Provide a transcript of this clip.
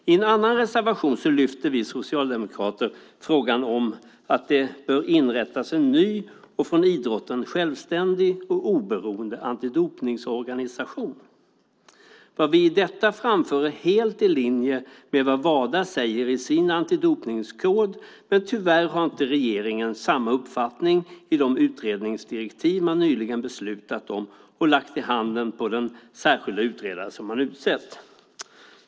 I en annan reservation lyfter vi socialdemokrater fram frågan om att det bör inrättas en ny och från idrotten självständig och oberoende antidopningsorganisation. Vad vi här framför är helt i linje med vad Wada säger i sin antidopningskod. Men tyvärr har inte regeringen samma uppfattning i de utredningsdirektiv som man nyligen beslutat om och lagt i handen på den särskilda utredare som man har utsett.